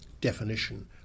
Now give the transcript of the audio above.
definition